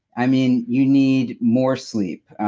i mean, you need more sleep.